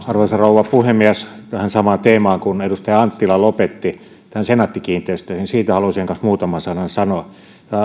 arvoisa rouva puhemies tähän samaan teemaan kuin edustaja anttila lopetti senaatti kiinteistöihin haluaisin myös muutaman sanan sanoa